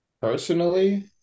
personally